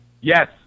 Yes